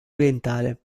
orientale